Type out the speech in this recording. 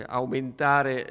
aumentare